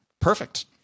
Perfect